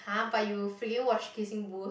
hah but you freaking watch Kissing-Booth